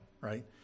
right